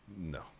No